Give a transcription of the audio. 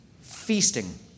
Feasting